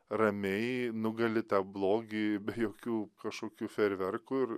ramiai nugali tą blogį be jokių kašokių fejerverkų ir